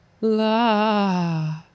la